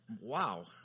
Wow